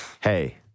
hey